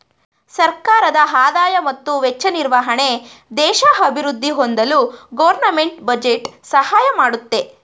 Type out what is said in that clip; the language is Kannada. ಸರ್ಕಾರದ ಆದಾಯ ಮತ್ತು ವೆಚ್ಚ ನಿರ್ವಹಣೆ ದೇಶ ಅಭಿವೃದ್ಧಿ ಹೊಂದಲು ಗೌರ್ನಮೆಂಟ್ ಬಜೆಟ್ ಸಹಾಯ ಮಾಡುತ್ತೆ